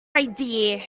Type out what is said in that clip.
idea